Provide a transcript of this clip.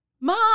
Mom